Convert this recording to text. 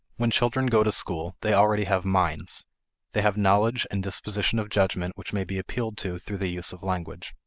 when children go to school, they already have minds they have knowledge and dispositions of judgment which may be appealed to through the use of language.